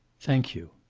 thank you.